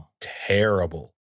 terrible